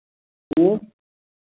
ह्म्म